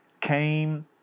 came